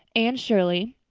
anne shirley,